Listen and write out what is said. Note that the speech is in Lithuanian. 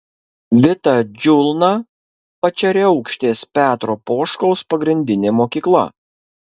vita džiulna pačeriaukštės petro poškaus pagrindinė mokykla